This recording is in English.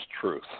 truth